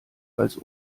als